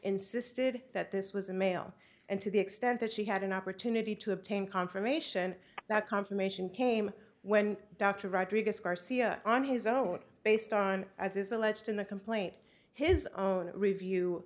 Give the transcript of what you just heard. insisted that this was a male and to the extent that she had an opportunity to obtain confirmation that confirmation came when dr rodriguez garcia on his own based on as is alleged in the complaint his own review